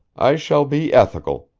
i shall be ethical.